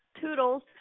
Toodles